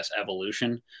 evolution